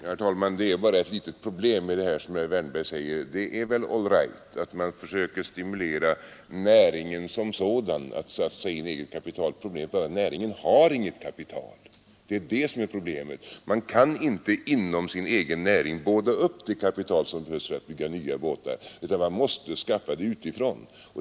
Herr talman! Det är bara ett litet problem med det som herr Wärnberg säger. Det är väl all right att man försöker stimulera näringen som sådan att satsa eget kapital. Problemet är bara att näringen har inget kapital. Man kan inte inom sin egen näring båda upp det kapital som man behöver för att bygga nya båtar, utan man måste skaffa det utifrån.